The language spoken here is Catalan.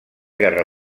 guerra